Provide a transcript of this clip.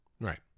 Right